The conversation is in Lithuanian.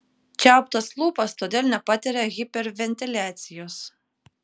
čiauptas lūpas todėl nepatiria hiperventiliacijos